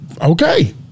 Okay